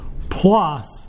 plus